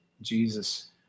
Jesus